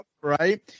Right